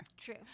True